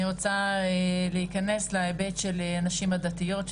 אני רוצה להיכנס להיבט של הנשים הדתיות,